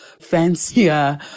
fancier